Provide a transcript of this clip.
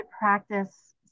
practice